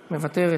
מוותרת.